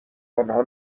آنها